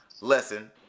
lesson